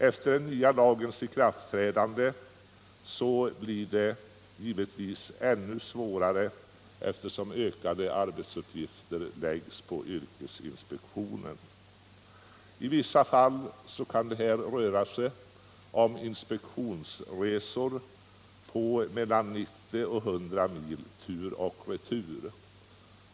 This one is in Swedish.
Efter den nya lagens ikraftträdande blir det givetvis ännu svårare, eftersom ökade arbetsuppgifter läggs på yrkesinspektionen. I vissa fall kan det röra sig om inspektionsresor på mellan 90 och 100 mil tur och retur.